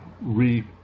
re